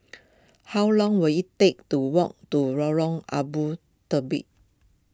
how long will it take to walk to Lorong Abu Talib